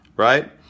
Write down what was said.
right